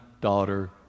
daughter